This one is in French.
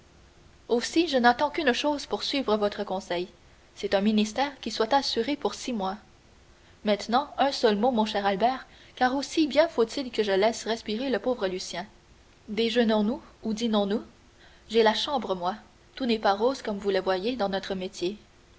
aussi je n'attends qu'une chose pour suivre votre conseil c'est un ministère qui soit assuré pour six mois maintenant un seul mot mon cher albert car aussi bien faut-il que je laisse respirer le pauvre lucien déjeunons nous ou dînons nous j'ai la chambre moi tout n'est pas rose comme vous le voyez dans notre métier